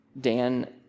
Dan